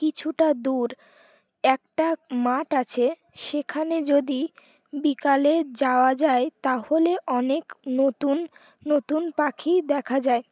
কিছুটা দূর একটা মাঠ আছে সেখানে যদি বিকালে যাওয়া যায় তাহলে অনেক নতুন নতুন পাখি দেখা যায়